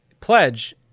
pledge